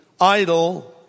idle